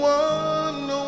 one